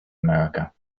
america